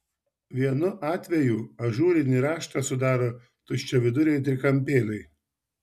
vienu atvejų ažūrinį raštą sudaro tuščiaviduriai trikampėliai